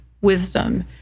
wisdom